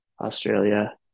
Australia